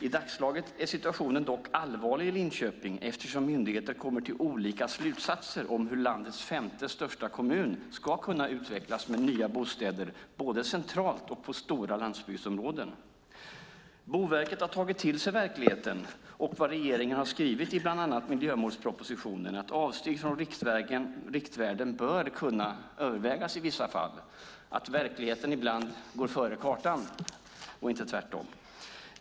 I dagsläget är situationen dock allvarlig i Linköping, eftersom myndigheter kommer till olika slutsatser om hur landets femte största kommun ska kunna utvecklas med nya bostäder både centralt och i stora landsbygdsområden. Boverket har tagit till sig verkligheten och vad regeringen har skrivit i bland annat miljömålspropositionen, att avsteg från riktvärden bör kunna övervägas i vissa fall, att verkligheten ibland går före kartan och inte tvärtom.